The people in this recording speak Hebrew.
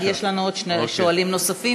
יש לנו עוד שני שואלים נוספים,